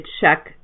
check